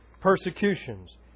persecutions